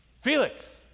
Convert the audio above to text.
Felix